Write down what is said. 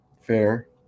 Fair